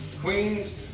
Queens